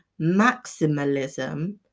maximalism